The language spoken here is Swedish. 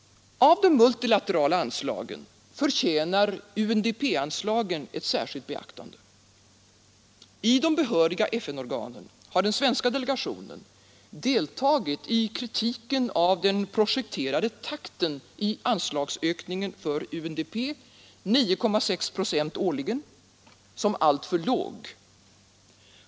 Av de multilaterala anslagen förtjänar UNDP-anslagen särskilt beaktande. I de behöriga FN-organen har den svenska delegationen deltagit i kritiken av den projekterade takten i anslagsökningen för UNDP med 9,6 procent årligen som alltför låg.